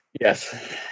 Yes